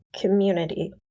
community